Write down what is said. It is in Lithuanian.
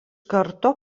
karto